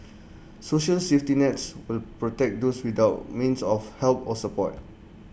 social safety nets will protect those without means of help or support